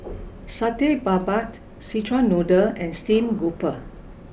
Satay Babat Szechuan noodle and Steamed Grouper